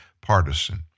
partisan